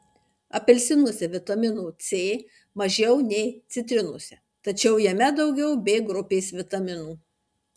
apelsinuose vitamino c mažiau nei citrinose tačiau jame daugiau b grupės vitaminų